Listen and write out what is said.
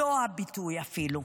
לא הביטוי, אפילו.